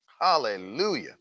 Hallelujah